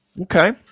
Okay